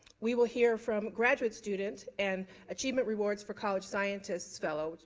we will hear from graduate student and achievement rewards for college scientists fellow,